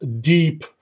deep